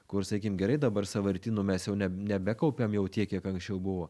kur sakykim gerai dabar sąvartynų mes jau neb nebekaupiam jau tiek kiek anksčiau buvo